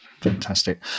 Fantastic